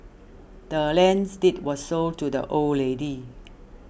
the land's deed was sold to the old lady